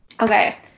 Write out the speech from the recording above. Okay